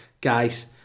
Guys